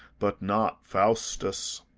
but not faustus.